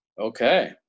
Okay